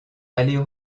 aller